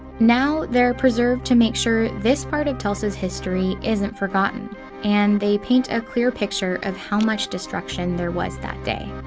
now, they're preserved to make sure this part of tulsa's history isn't forgotten and they paint a clear picture of how much destruction there was that day.